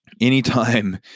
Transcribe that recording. Anytime